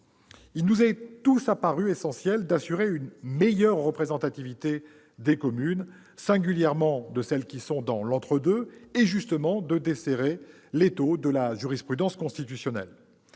Il nous est apparu à tous essentiel d'assurer une meilleure représentation des communes, singulièrement de celles qui sont dans un entre-deux et de desserrer l'étau de la jurisprudence constitutionnelle.